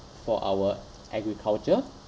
for our agriculture